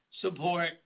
support